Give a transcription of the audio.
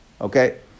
Okay